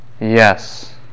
Yes